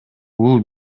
бул